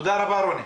תודה רבה, רוני.